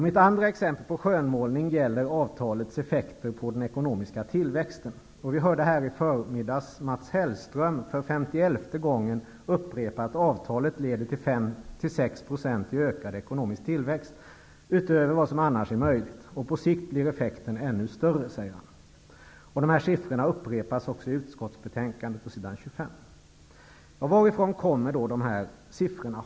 Mitt andra exempel på skönmålning gäller avtalets effekter på den ekonomiska tillväxten. Vi hörde i förmiddags Mats Hellström för femtioelfte gången upprepa att avtalet leder till 5--6 % ökad ekonomisk tillväxt utöver vad som annars är möjligt. På sikt blir effekten ännu större, säger han. Dessa siffror upprepas också i utskottsbetänkandet på s. 25. Varifrån kommer dessa siffror?